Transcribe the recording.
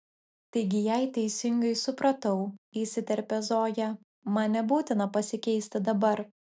taigi jei teisingai supratau įsiterpia zoja man nebūtina pasikeisti dabar